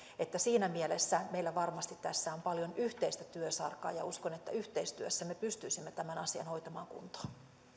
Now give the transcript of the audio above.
että siinä mielessä meillä varmasti tässä on paljon yhteistä työsarkaa ja uskon että yhteistyössä me pystyisimme tämän asian hoitamaan kuntoon